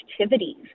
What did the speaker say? activities